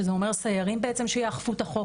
שזה אומר סיירים שיאכפו את החוק.